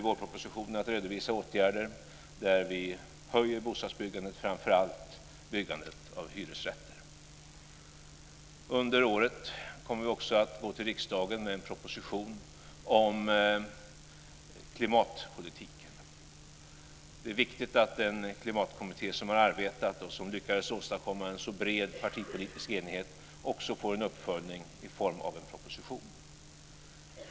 I vårpropositionen kommer vi att redovisa åtgärder där vi höjer bostadsbyggandet, och framför allt byggandet av hyresrätter. Under året kommer vi också att gå till riksdagen med en proposition om klimatpolitiken. Det är viktigt att den klimatkommitté som har arbetat och som lyckades åstadkomma en så bred partipolitisk enighet också får en uppföljning i form av en proposition.